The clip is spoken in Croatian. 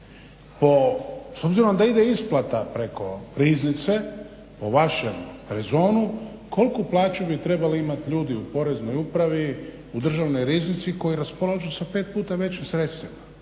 S obzirom da ide isplata preko riznice po vašem rezonu koliku plaću bi trebali imati ljudi u Poreznoj upravi, u Državnoj riznici koji raspolažu sa pet puta većim sredstvima.